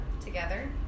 together